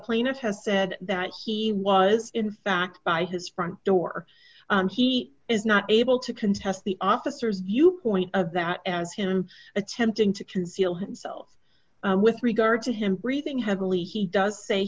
plaintiff has said that he was in fact by his front door and he is not able to contest the officers view point of that as him attempting to conceal himself with regard to him breathing heavily he does say